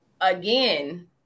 again